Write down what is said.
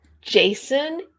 Jason